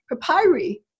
papyri